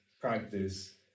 practice